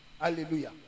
hallelujah